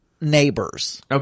neighbors